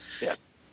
Yes